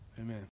Amen